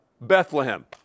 Bethlehem